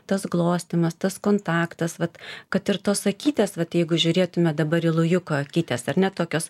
tas glostymas tas kontaktas vat kad ir tos akytės vat jeigu žiūrėtumėme dabar į rujuko akytes ar ne tokios